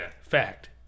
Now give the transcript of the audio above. Fact